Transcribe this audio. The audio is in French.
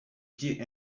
pied